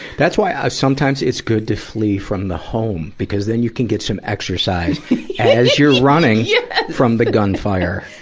that's why, ah, sometimes it's good to flee from the home, because then you can get some exercise as you're running yeah from the gunfire.